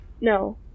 No